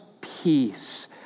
peace